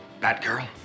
Batgirl